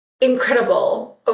incredible